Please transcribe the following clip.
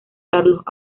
carlos